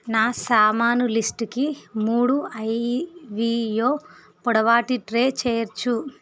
నా సామాను లిస్టుకి మూడు ఐవీయో పొడవాటి ట్రే చేర్చు